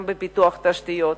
גם בפיתוח תשתיות,